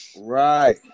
Right